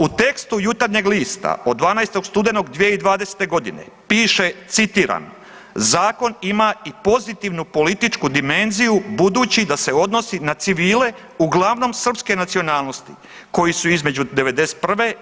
U tekstu Jutarnjeg lista od 12. studenog 2020. godine piše, citiram, zakon ima i pozitivnu političku dimenziju budući da se odnosi na civile uglavnom srpske nacionalnosti koji su između '91.